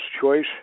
choice